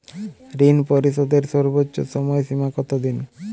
ঋণ পরিশোধের সর্বোচ্চ সময় সীমা কত দিন?